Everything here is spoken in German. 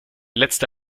letzte